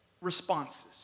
responses